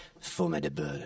Formidable